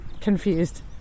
confused